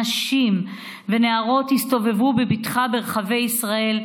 נשים ונערות יסתובבו בבטחה ברחבי ישראל,